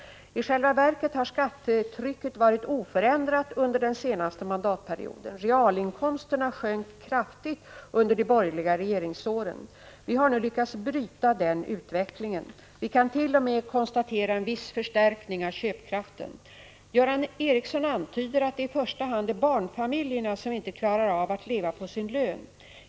I själva verket har skattetrycket varit oförändrat under den senaste mandatperioden. Realinkomsterna sjönk kraftigt under de borgerliga regeringsåren. Vi har nu lyckats bryta den utvecklingen. Vi kan t.o.m. konstatera en viss förstärkning av köpkraften. Göran Ericsson antyder att det i första hand är barnfamiljerna som inte klarar av att leva på sin lön.